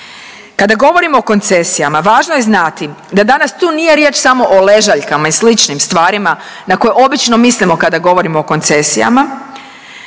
Kada govorimo o koncesijama važno je znati da danas tu nije riječ samo o ležaljkama i sličnim stvarima na koje obično mislimo kada govorimo o koncesijama